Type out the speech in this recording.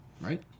Right